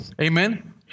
Amen